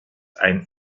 ein